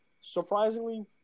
surprisingly